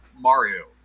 Mario